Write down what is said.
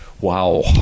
Wow